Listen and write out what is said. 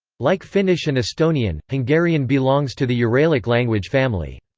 like finnish and estonian, hungarian belongs to the uralic language family.